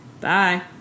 bye